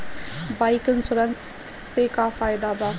Bike insurance से का फायदा बा?